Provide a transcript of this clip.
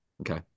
Okay